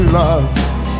lost